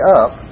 up